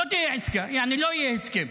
לא תהיה עסקה, יעני, לא יהיה הסכם.